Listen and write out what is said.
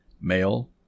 Male